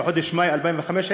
בחודש מאי 2015,